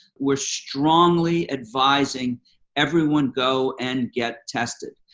we are strongly advising everyone go and get tested.